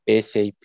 SAP